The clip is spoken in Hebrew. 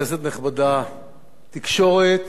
תקשורת ודמוקרטיה,